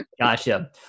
Gotcha